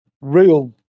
real